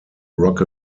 rock